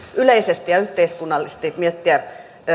yleisesti ja yhteiskunnallisesti miettiä